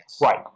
Right